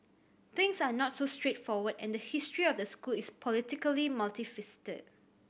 things are not so straightforward and history of the school is politically multifaceted